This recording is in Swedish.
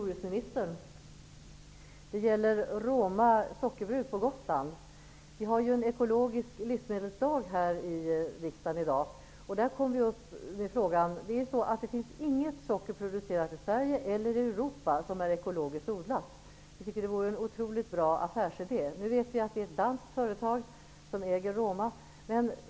Fru talman! Jag har en fråga till jordbruksministern. Det gäller Råma sockerbruk på Gotland. Vi har ju en ekologisk livsmedelsdag här i riksdagen i dag. Där togs denna fråga upp. Det produceras inget socker i Sverige eller Europa som är ekologiskt odlat. Jag tycker att det skulle vara en otroligt bra affärsidé. Vi vet nu att det är ett danskt företag som äger Råma sockerbruk.